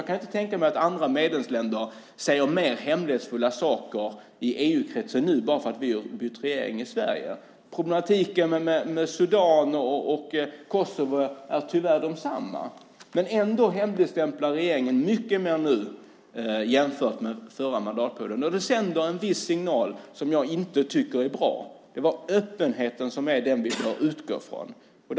Jag kan inte tänka mig att andra medlemsländer säger mer hemlighetsfulla saker i EU-kretsen nu bara för att vi har bytt regering i Sverige. Problemen med Sudan och Kosovo är tyvärr desamma. Men ändå hemligstämplar regeringen mycket mer nu jämfört med den förra mandatperioden. Det sänder en viss signal som jag inte tycker är bra. Vi ska utgå från öppenheten.